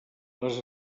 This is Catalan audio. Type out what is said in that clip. les